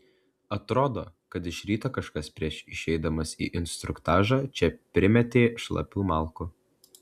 atrodo kad iš ryto kažkas prieš išeidamas į instruktažą čia primetė šlapių malkų